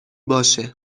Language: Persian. باشه